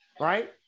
Right